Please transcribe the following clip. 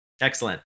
Excellent